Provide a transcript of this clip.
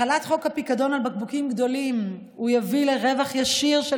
החלת חוק הפיקדון על בקבוקים גדולים תביא לרווח ישיר של